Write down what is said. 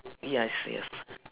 yes yes